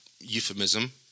euphemism